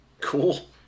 Cool